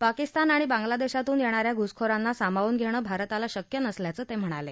पाकिस्तान आणि बांगलादेशातून येणाऱ्या घुसखोरांना सामावून घेणं भारताला शक्य नसल्याचं ते म्हणाले